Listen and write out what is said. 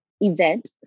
event